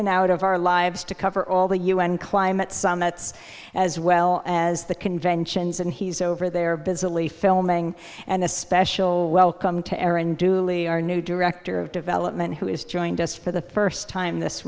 and out of our lives to cover all the u n climate summit as well as the conventions and he's over there busily filming and a special welcome to aaron dewey our new director of development who has joined us for the first time this